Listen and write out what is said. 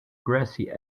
grassy